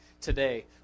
today